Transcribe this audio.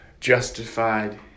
justified